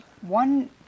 one